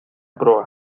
proa